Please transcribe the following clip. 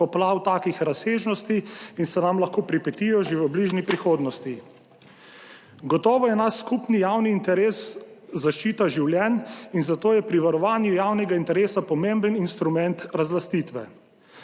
poplav takih razsežnosti in se nam lahko pripetijo že v bližnji prihodnosti. Gotovo je naš skupni javni interes zaščita življenj in zato je pri varovanju javnega interesa pomemben instrument razlastitve.